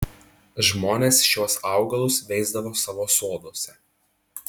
žmonės šiuos augalus veisdavo savo soduose